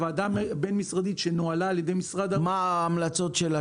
הוועדה הבין-משרדית --- מה ההמלצות שלה,